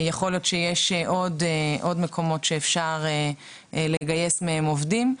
אבל יכול להיות שיש עוד מקומות שאפשר לגייס מהם עובדים.